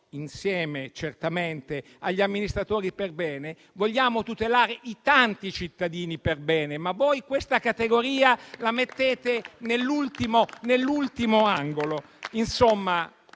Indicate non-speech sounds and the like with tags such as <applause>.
insieme certamente agli amministratori perbene, vogliamo tutelare i tanti cittadini perbene, <applause> ma voi questa categoria la mettete nell'ultimo angolo. Insomma,